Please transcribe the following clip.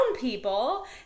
people